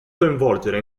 coinvolgere